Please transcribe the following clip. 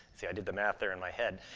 see, i did the math there in my head.